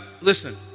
Listen